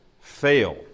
fail